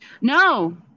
No